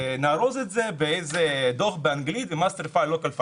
שנארוז את זה באיזה דוח באנגלית ב- master file וב- local file.